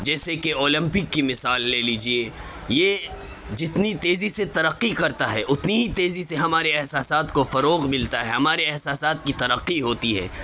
جیسے کہ اولمپک کی مثال لے لیجیے یہ جتنی تیزی سے ترقی کرتا ہے اتنی ہی تیزی سے ہمارے احاساسات کو فروغ ملتا ہے ہمارے احساسات کی ترقی ہوتی ہے